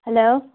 hello